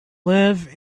live